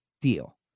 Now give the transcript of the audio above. deal